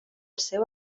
seu